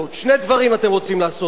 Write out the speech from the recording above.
שני דברים אתם רוצים לעשות פה: